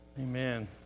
Amen